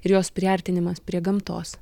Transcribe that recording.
ir jos priartinimas prie gamtos